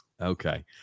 Okay